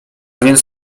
więc